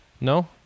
No